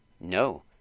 No